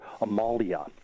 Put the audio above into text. Amalia